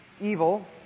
evil